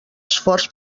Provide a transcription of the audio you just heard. esforç